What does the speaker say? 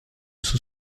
sous